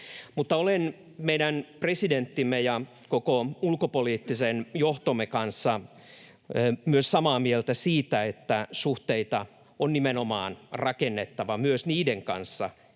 olen meidän presidenttimme ja koko ulkopoliittisen johtomme kanssa myös samaa mieltä siitä, että suhteita on nimenomaan rakennettava myös niiden kanssa,